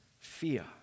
fear